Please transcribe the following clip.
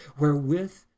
wherewith